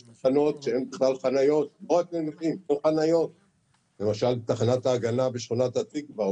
יש תחנות שבכלל אין בהן חניות: למשל תחנת ההגנה בשכונת התקווה,